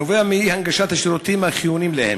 נובע מאי-הנגשת השירותים החיוניים להם.